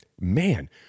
Man